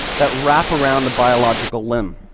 that wrap around the biological limb.